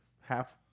half –